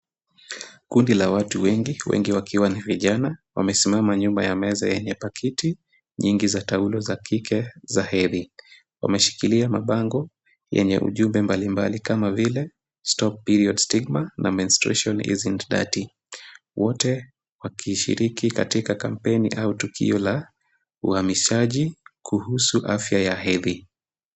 Kundi la watu wengi, wengi wakiwa ni vijana, wamesimama nyuma ya meza yenye pakiti nyingi za taulo za kike za hedhi. Wameshikilia mabango yenye ujumbe mbalimbali kama vile; Stop period stigma na menstration isn't dirty . Wote wakishiriki katika kampeni au tukio la uhamasishaji kuhusu afya ya hedhi.